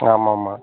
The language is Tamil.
ஆமமாம்